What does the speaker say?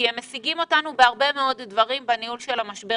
כי הם משיגים אותנו בהרבה דברים בניהול המשבר